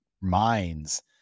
minds